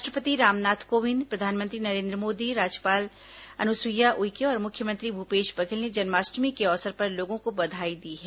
राष्ट्रपति रामनाथ कोविंद प्रधानमंत्री नरेन्द्र मोदी राज्यपाल अनुसुईया उइके और मुख्यमंत्री भूपेश बघेल ने जन्माष्टमी के अवसर पर लोगों को बधाई दी है